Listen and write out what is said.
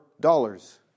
dollars